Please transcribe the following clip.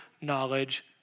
knowledge